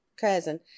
cousin